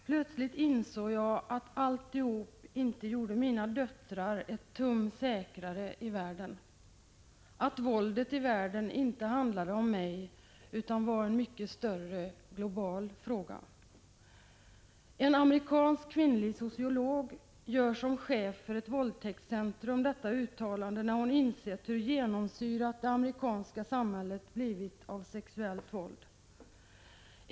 Plötsligt insåg jag att alltihop inte gjorde mina döttrar ett tum säkrare i världen, att våldet i världen inte handlade om mig, utan var en mycket större, global fråga.” En amerikansk kvinnlig sociolog gör som chef för ett våldtäktscentrum detta uttalande, när hon insett hur genomsyrat det amerikanska samhället blivit av sexuellt våld.